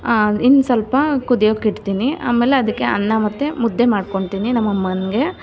ಇನ್ನು ಸ್ವಲ್ಪ ಕುದಿಯೋಕೆ ಇಡ್ತೀನಿ ಆಮೇಲೆ ಅದಕ್ಕೆ ಅನ್ನ ಮತ್ತೆ ಮುದ್ದೆ ಮಾಡ್ಕೊಳ್ತೀನಿ ನಮ್ಮಮ್ಮನಿಗೆ